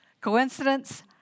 Coincidence